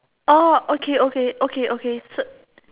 oh okay okay okay okay so